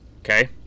Okay